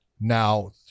now